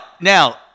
now